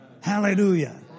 Hallelujah